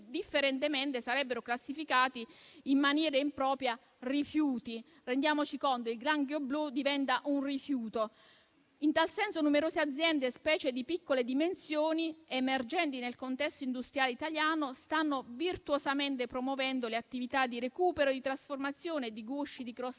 differentemente sarebbero classificati in maniera impropria come rifiuti. Rendiamoci conto: il granchio blu diventa un rifiuto. In tal senso numerose aziende, specie di piccole dimensioni, emergenti nel contesto industriale italiano, stanno virtuosamente promuovendo le attività di recupero e di trasformazione di gusci di crostacei